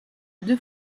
deux